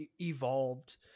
evolved